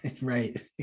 right